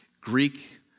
Greek